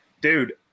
Dude